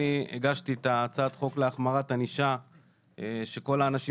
אני הגשתי את הצעת החוק להחמרת ענישה שכל האנשים